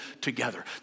together